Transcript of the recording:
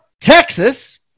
Texas